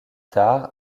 tard